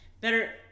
better